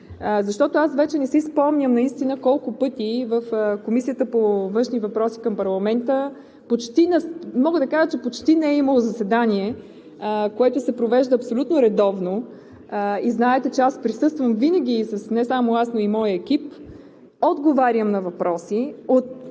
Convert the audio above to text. наистина не си спомням колко пъти в Комисията по външни въпроси към парламента – мога да кажа, че почти не е имало заседание, което се провежда абсолютно редовно и знаете, че присъствам винаги, не само аз, но и моят екип – отговарям на въпроси